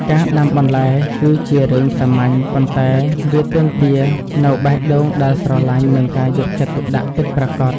ការដាំបន្លែគឺជារឿងសាមញ្ញ ប៉ុន្តែវាទាមទារនូវបេះដូងដែលស្រឡាញ់ និងការយកចិត្តទុកដាក់ពិតប្រាកដ។